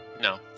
No